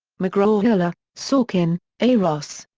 mcgraw-hill. ah sorkin, a. ross.